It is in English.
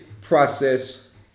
process